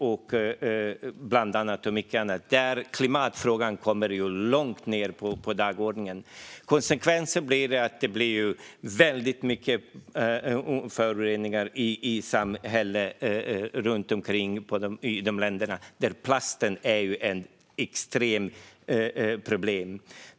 I dessa länder kommer klimatfrågan långt ned på dagordningen. Konsekvensen blir väldigt mycket föroreningar i samhällena runt om i dessa länder, där plasten är ett extremt problem.